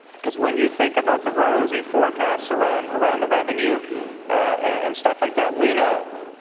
because when you think about the rosy forecast around around the revenue and stuff like that, we know,